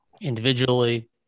individually